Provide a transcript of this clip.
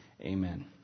Amen